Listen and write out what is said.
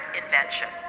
invention